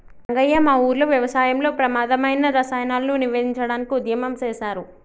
రంగయ్య మా ఊరిలో వ్యవసాయంలో ప్రమాధమైన రసాయనాలను నివేదించడానికి ఉద్యమం సేసారు